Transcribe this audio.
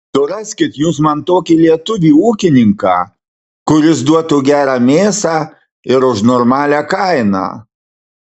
suraskit jūs man tokį lietuvį ūkininką kuris duotų gerą mėsą ir už normalią kainą